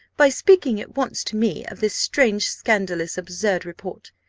by speaking at once to me of this strange, scandalous, absurd report.